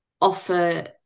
offer